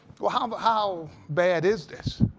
well, how but how bad is this?